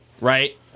right